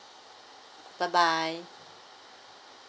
bye bye